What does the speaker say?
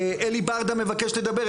אלי ברדה מבקש לדבר.